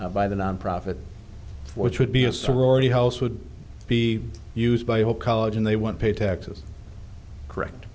by the nonprofit which would be a sorority house would be used by a whole college and they won't pay taxes correct